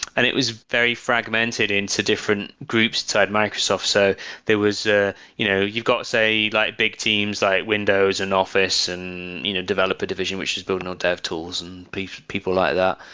and it was very fragmented into different groups inside microsoft. so there was ah you know you've got, say, like big teams, like windows and office and you know developer division, which is building on dev tools and people people like that.